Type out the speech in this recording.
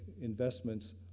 investments